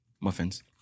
muffins